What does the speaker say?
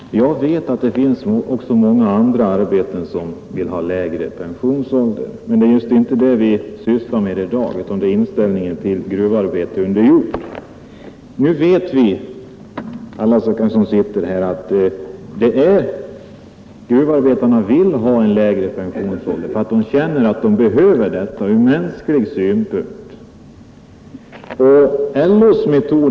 Fru talman! Jag vet att det också finns många andra arbeten där man vill ha en lägre pensionsålder, men vi sysslar i dag inte med det problemet, utan dagens fråga gäller gruvarbete under jord. Alla som sitter här vet att gruvarbetarna vill ha lägre pensionsålder och känner att de från mänsklig synpunkt behöver det.